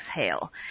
exhale